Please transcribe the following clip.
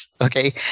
okay